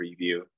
preview